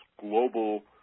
global